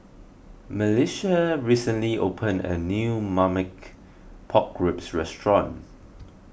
Melissia recently opened a new Marmite Pork Ribs Restaurant